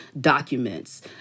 documents